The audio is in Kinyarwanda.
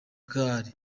gaal